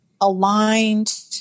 aligned